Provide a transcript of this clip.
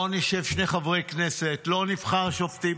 לא נשב שני חברי כנסת, לא נבחר שופטים.